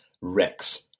Rex